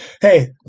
Hey